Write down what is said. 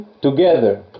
together